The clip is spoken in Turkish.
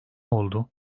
oldu